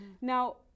Now